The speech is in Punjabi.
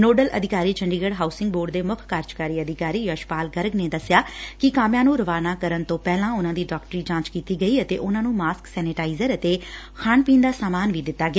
ਨੋਡਲ ਅਧਿਕਾਰੀ ਚੰਡੀਗੜ ਹਾਉਸਿੰਗ ਬੋਰਡ ਦੇ ਮੁੱਖ ਕਾਰਜਕਾਰੀ ਅਧਿਕਾਰੀ ਯਸ਼ਪਾਲ ਗਰਗ ਨੇ ਦਸਿਆ ਕਿ ਕਾਮਿਆ ਨੂੰ ਰਵਾਨਾਂ ਕਰਨ ਤੋਂ ਪਹਿਲਾਂ ਉਨੂਾਂ ਦੀ ਡਾਕਟਰੀ ਜਾਚ ਕੀਤੀ ਗਈ ਅਤੇ ਉਨੂਾਂ ਨੂੰ ਮਾਸਕ ਸੈਨੇਟਾਇਜ਼ਰ ਅਤੇ ਖਾਣ ਪੀਣ ਦਾ ਸਾਮਾਨ ਦਿਤਾ ਗਿਆ